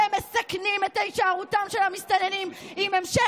אתם מסכנים בהישארותם של המסתננים את המשך